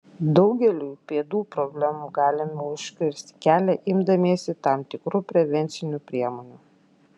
daugeliui pėdų problemų galime užkirsti kelią imdamiesi tam tikrų prevencinių priemonių